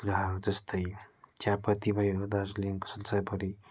कुराहरू जस्तै चियापत्ती भयो दार्जिलिङको संसारभरि